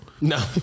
No